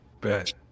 Bet